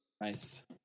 Nice